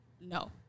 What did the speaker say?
No